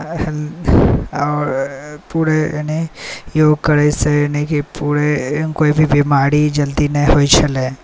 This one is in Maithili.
आओर पूरे योग करयसँ कि पूरे कोई भी बीमारी जल्दी नहि होइत छलै